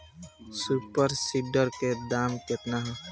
Super seeder के दाम केतना ह?